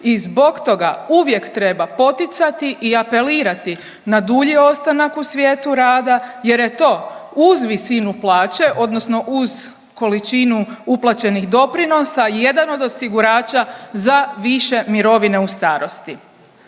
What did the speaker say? i zbog toga uvijek treba poticati i apelirati na dulji ostanak u svijetu rada jer je to uz visinu plaće, odnosno uz količinu uplaćenih doprinosa i jedan od osigurača za više mirovine u starosti.